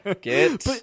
get